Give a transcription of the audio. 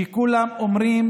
שכולם אומרים